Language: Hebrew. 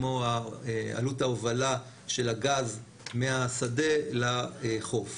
כמו עלות ההובלה של הגז מהשדה לחוף.